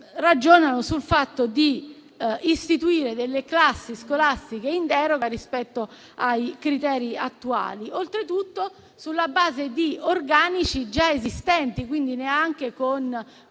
ragionano sul fatto di istituire classi scolastiche in deroga ai criteri attuali, oltretutto sulla base di organici già esistenti, quindi senza costi